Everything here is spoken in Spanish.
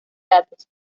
datos